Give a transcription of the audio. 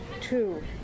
Two